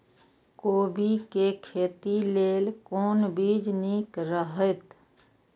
कोबी के खेती लेल कोन बीज निक रहैत?